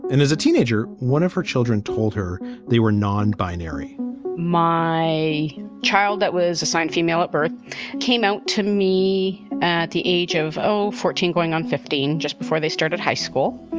and as a teenager, one of her children told her they were non binary my child that was assigned female at birth came out to me at the age of, oh, fourteen, going on fifteen just before they started high school.